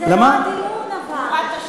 זה לא הדיון, אבל.